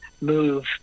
move